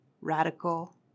radical